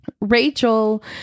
Rachel